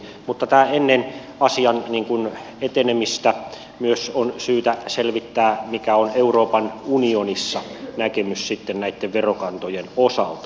mutta ennen asian etenemistä on myös syytä selvittää mikä on euroopan unionissa näkemys sitten näitten verokantojen osalta